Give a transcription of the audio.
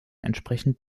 entsprechend